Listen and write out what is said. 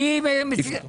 מי מציג את החוק?